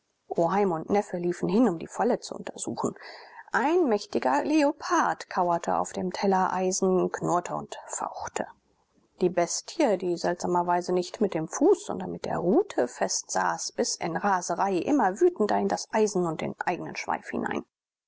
oheim und neffe liefen hin um die falle zu untersuchen ein mächtiger leopard kauerte auf dem tellereisen knurrte und fauchte die bestie die seltsamerweise nicht mit dem fuß sondern mit der rute festsaß biß in raserei immer wütender in das eisen und den eigenen schweif hinein